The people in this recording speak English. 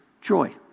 joy